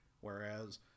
Whereas